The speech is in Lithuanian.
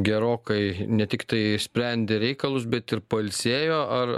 gerokai ne tik tai išsprendė reikalus bet ir pailsėjo ar